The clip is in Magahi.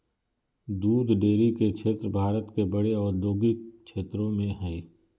दूध डेरी के क्षेत्र भारत के बड़े औद्योगिक क्षेत्रों में हइ